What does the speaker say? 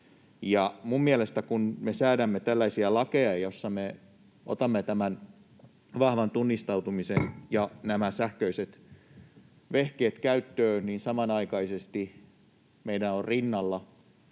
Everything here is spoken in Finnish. Mielestäni, kun me säädämme tällaisia lakeja, joissa me otamme tämän vahvan tunnistautumisen ja nämä sähköiset vehkeet käyttöön, samanaikaisesti meidän on rinnalla